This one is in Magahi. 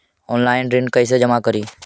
ऑनलाइन ऋण कैसे जमा करी?